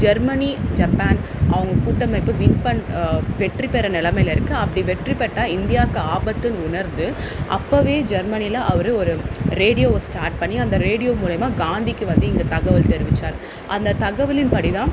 Germany Japan அவங்க கூட்டமைப்பு வின் பண் வெற்றி பெற நிலமைல இருக்குது அப்படி வெற்றி பெற்றால் இந்தியாவுக்கு ஆபத்துனு உணர்ந்து அப்போவே ஜெர்மெனியில் அவர் ஒரு ரேடியோவை ஸ்டார்ட் பண்ணி அந்த ரேடியோ மூலயமா காந்திக்கு வந்து இங்கே தகவல் தெரிவித்தாரு அந்த தகவலின் படிதான்